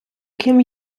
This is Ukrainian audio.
ким